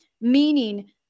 meaning